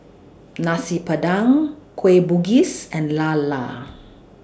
Nasi Padang Kueh Bugis and Lala